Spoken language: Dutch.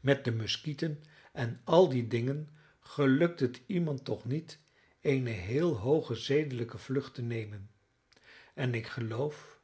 met de muskieten en al die dingen gelukt het iemand toch niet eene heel hooge zedelijke vlucht te nemen en ik geloof